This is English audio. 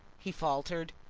he faltered.